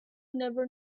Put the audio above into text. never